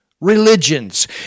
religions